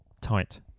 tight